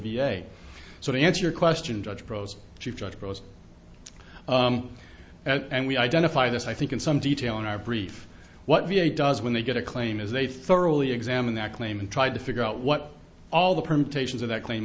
a so to answer your question judge prose she just goes and we identify this i think in some detail in our brief what v a does when they get a claim as they thoroughly examined that claim and tried to figure out what all the permutations of that claim